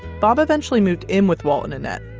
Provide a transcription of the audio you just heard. bob eventually moved in with walt and annette.